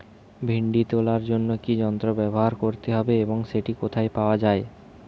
ভিন্ডি তোলার জন্য কি যন্ত্র ব্যবহার করতে হবে এবং সেটি কোথায় পাওয়া যায়?